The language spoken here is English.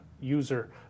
User